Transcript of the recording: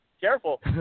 Careful